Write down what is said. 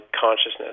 consciousness